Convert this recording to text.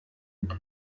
dute